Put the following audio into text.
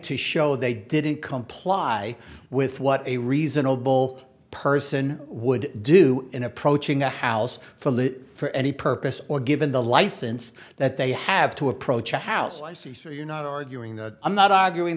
to show they didn't comply with what a reasonable person would do in approaching a house for for any purpose or given the license that they have to approach the house i see so you're not arguing that i'm not arguing